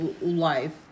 life